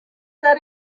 that